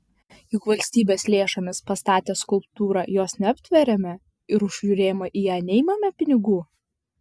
juk valstybės lėšomis pastatę skulptūrą jos neaptveriame ir už žiūrėjimą į ją neimame pinigų